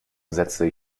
setzte